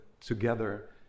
together